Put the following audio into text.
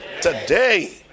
Today